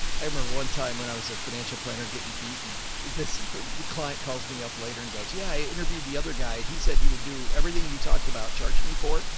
i remember one time when i was a financial planner getting beaten. this client calls me up later and goes, yeah, i interviewed the other guy and he said he would do everything you talked about charging me for.